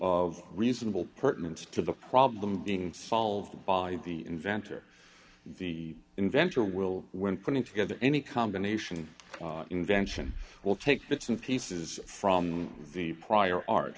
of reasonable pertinent to the problem being solved by the inventor the inventor will when putting together any combination of invention will take bits and pieces from the prior art